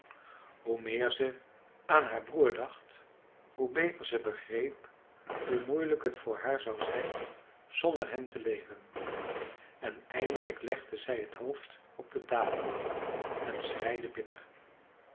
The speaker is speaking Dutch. hoe meer ze aan haar broer dacht hoe beter ze begreep hoe moeilijk het voor haar zou zijn zonder hem te leven en eindelijk legde zij het hoofd op de tafel en schreide bitter